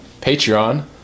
patreon